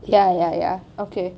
ya ya ya okay